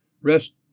rest